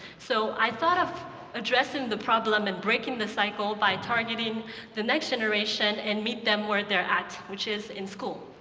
so i thought of addressing the problem and breaking the cycle by targeting the next generation and meet them where they're at, which is in school.